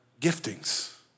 giftings